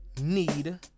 need